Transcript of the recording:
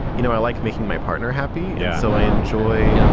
you know, i like making my partner happy. yeah. so i enjoy,